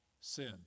sin